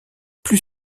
plus